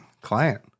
Client